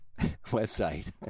website